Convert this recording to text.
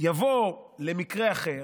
יבוא למקרה אחר,